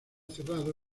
cerrado